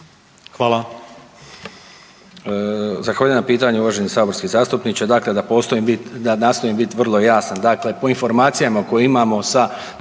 Hvala